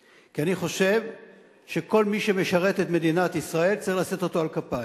כי אני חושב שכל מי שמשרת את מדינת ישראל צריך לשאת אותו על כפיים.